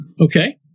Okay